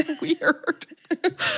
weird